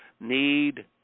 need